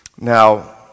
Now